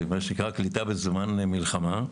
מה שנקרא: קליטה בזמן מלחמה.